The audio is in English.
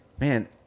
man